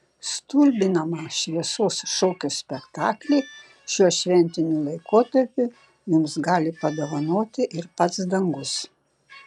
stulbinamą šviesos šokio spektaklį šiuo šventiniu laikotarpiu jums gali padovanoti ir pats dangus